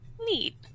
Neat